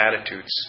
attitudes